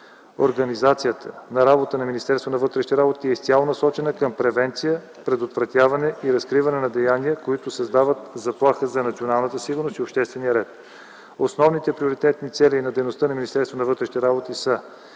вътрешните работи е изцяло насочена към превенция, предотвратяване и разкриване на деяния, които създават заплаха за националната сигурност и обществения ред. Основните приоритетни цели на дейността на